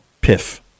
Piff